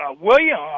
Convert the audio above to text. William –